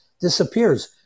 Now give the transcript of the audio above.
disappears